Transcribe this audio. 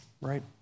right